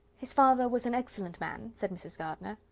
his father was an excellent man, said mrs. gardiner.